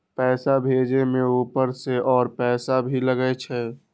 पैसा भेजे में ऊपर से और पैसा भी लगे छै?